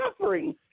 suffering